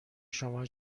شما